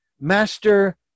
master